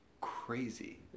crazy